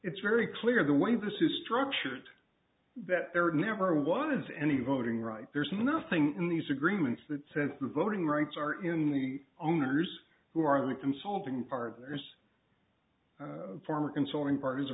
it's very clear the way this is structured that there never was any voting rights there's nothing in these agreements that says the voting rights are in the owners who aren't consulting partners former consoling part